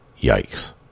Yikes